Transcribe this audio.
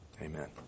Amen